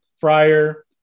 fryer